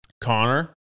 Connor